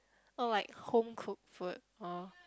oh like home cook food oh